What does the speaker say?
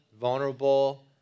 vulnerable